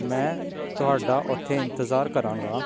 ਮੈਂ ਤੁਹਾਡਾ ਉੱਥੇ ਇੰਤਜ਼ਾਰ ਕਰਾਂਗਾ